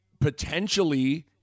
potentially